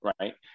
right